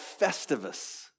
Festivus